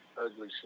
ugly